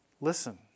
listen